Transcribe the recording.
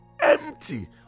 empty